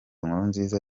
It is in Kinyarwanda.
nkurunziza